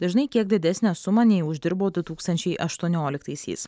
dažnai kiek didesnę sumą nei uždirbo du tūkstančiai aštuonioliktaisiais